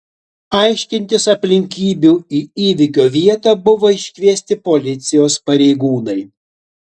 aiškintis aplinkybių į įvykio vietą buvo iškviesti policijos pareigūnai